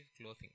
clothing